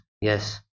Yes